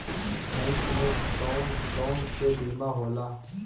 Bank में कौन कौन से बीमा होला?